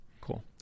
Cool